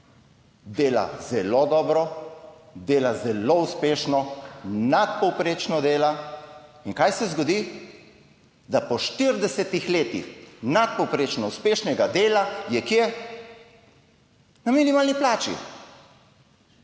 dela zelo dobro, dela zelo uspešno, nadpovprečno dela, in kaj se zgodi - da po 40 letih nadpovprečno uspešnega dela je - kje? - na minimalni plači!